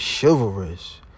Chivalrous